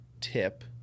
tip